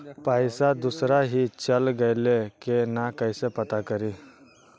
पैसा दुसरा ही चल गेलै की न कैसे पता करि?